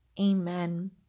Amen